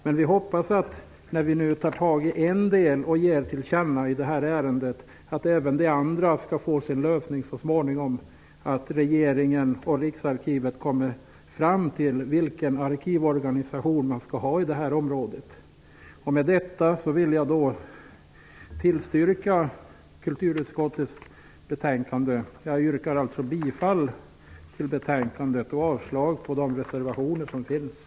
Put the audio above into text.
Men vi hoppas att när nu utskottet gör ett tillkännagivande i en del av ärendet att den andra delen får sin lösning så småningom, dvs. att regeringen och Riksarkivet kommer fram till vilken arkivorganisation det skall vara i det området. Jag yrkar bifall till utskottets hemställan i betänkandet och avslag på reservationerna.